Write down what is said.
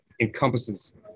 encompasses